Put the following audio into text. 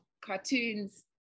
cartoons